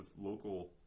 local